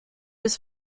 his